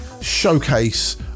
showcase